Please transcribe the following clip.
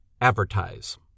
advertise